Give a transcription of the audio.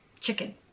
chicken